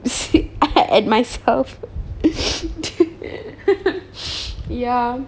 at my myself ya